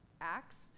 Acts